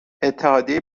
اتحادیه